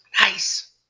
Nice